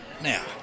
Now